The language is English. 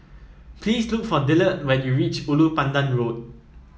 please look for Dillard when you reach Ulu Pandan Road